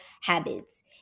habits